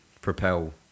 propel